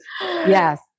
yes